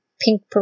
pink